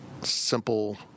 simple